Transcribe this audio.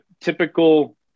typical